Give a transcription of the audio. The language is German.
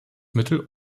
mittel